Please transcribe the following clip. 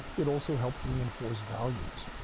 it also helped reinforce values.